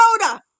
soda